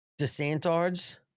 DeSantard's